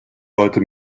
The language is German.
leute